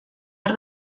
hor